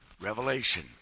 revelation